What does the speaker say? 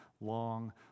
long